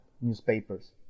newspapers